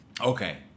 Okay